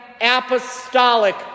apostolic